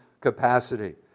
capacity